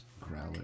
growler